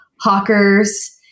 Hawker's